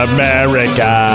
America